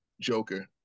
Joker